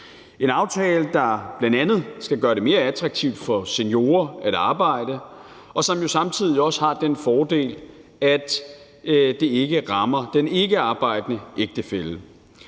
en aftale, der bl.a. skal gøre det mere attraktivt for seniorer at arbejde, og som jo samtidig også har den fordel, at det ikke rammer den ikkearbejdende ægtefælle.